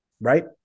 right